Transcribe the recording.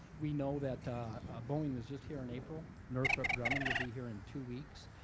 we know that boeing was just here in april. northrop grumman will be here in two weeks.